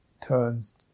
turns